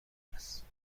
است